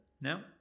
no